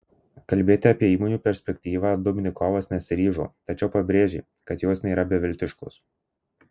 kalbėti apie įmonių perspektyvą dubnikovas nesiryžo tačiau pabrėžė kad jos nėra beviltiškos